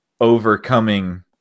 overcoming